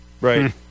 Right